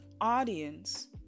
audience